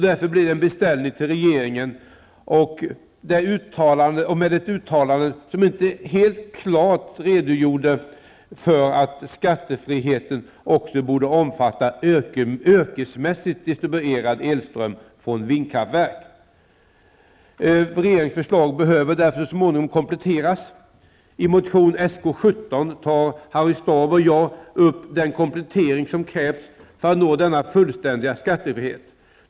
Därför blev det en beställning till regeringen med ett uttalande där man inte helt klart redogjorde för att skattefriheten även borde omfatta yrkesmässigt distribuerad elström från vindkraftverk. Regeringens förslag behöver därför så småningom kompletteras. I motionen Sk17 redovisar Harry Staaf och jag den komplettering som krävs för att nå denna fullständiga skattefrihet.